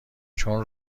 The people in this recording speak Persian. چون